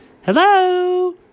Hello